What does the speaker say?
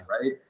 right